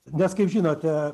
nes kaip žinote